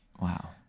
Wow